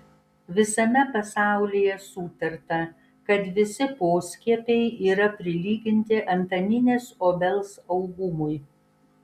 visame pasaulyje sutarta kad visi poskiepiai yra prilyginti antaninės obels augumui